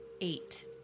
Eight